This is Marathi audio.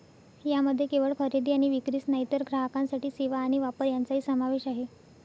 यामध्ये केवळ खरेदी आणि विक्रीच नाही तर ग्राहकांसाठी सेवा आणि व्यापार यांचाही समावेश आहे